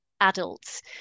adults